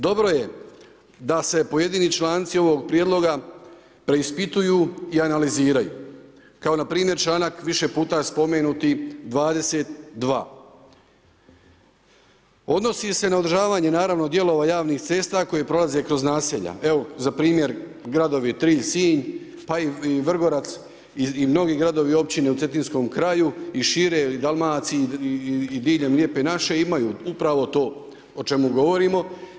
Dobro je da se pojedini članci ovog prijedlog preispituju i analiziraju kao npr. članak više puta spomenuti 22. odnosi se na održavanje naravno dijelova javnih cesta koje prolaze kroz naselja, evo za primjer gradovi Trilj, Sinj, pa i Vrgorac i mnogi gradovi i općine u cetinskom kraju i šire i Dalmaciji i diljem lijepe naše imaju upravo to o čemu govorimo.